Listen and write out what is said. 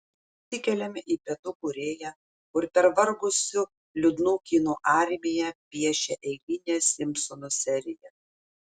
nusikeliame į pietų korėją kur pervargusių liūdnų kinų armija piešia eilinę simpsonų seriją